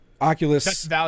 Oculus